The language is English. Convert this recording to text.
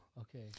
okay